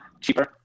cheaper